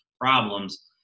problems